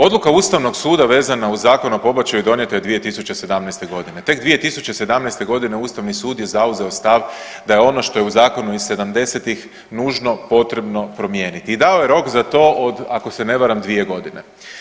Odluka Ustavnog suda vezana uz zakon o pobačaju donijeta je 2017. g. Tek 2017. g. Ustavni sud je zauzeo stav da je ono što je u zakonu iz 70-ih nužno potrebno promijeniti i dao je rok za to, od, ako se ne varam, 2 godine.